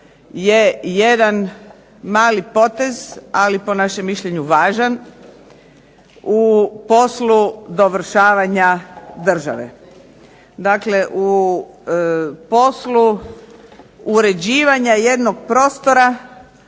je jedan mali potez, ali po našem mišljenju važan u poslu dovršavanja države. Dakle, u poslu uređivanja jednog prostora